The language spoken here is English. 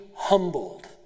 Humbled